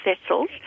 vessels